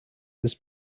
this